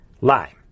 lie